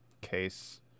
case